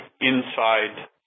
inside